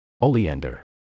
Oleander